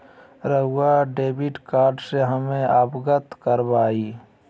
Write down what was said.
रहुआ debit card से हमें अवगत करवाआई?